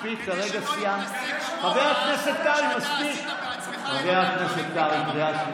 כדי, אנחנו עוברים, חבר הכנסת קרעי, מספיק.